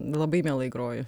labai mielai groju